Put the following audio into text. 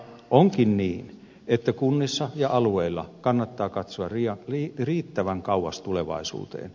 onkin niin että kunnissa ja alueilla kannattaa katsoa riittävän kauas tulevaisuuteen